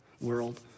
world